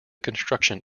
construction